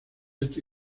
este